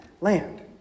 land